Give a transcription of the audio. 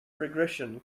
regression